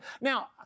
Now